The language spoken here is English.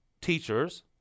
teachers